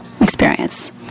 experience